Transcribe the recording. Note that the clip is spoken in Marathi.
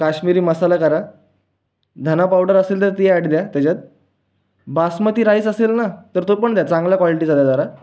काश्मीरी मसाला करा धना पावडर असेल तर ती ॲड द्या तेच्यात बासमती राईस असेल ना तर तो पण द्या चांगल्या क्वालिटीचा द्या जरा